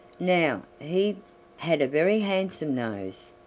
now he had a very handsome nose!